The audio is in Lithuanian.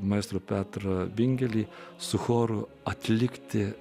maestro petrą bingelį su choru atlikti